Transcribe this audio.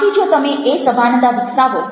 આથી જો તમે એ સભાનતા વિકસાવો